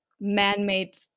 man-made